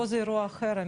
פה זה אירוע אחר.